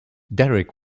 derek